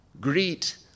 greet